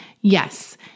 Yes